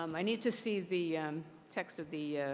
um i need to see the text of the